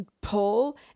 pull